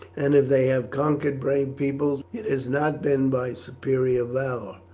and if they have conquered brave peoples, it has not been by superior valour,